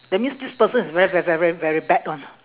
that means this person is very very very very very bad one ah